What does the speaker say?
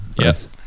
yes